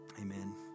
amen